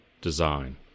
Design